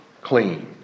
clean